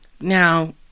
Now